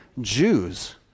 Jews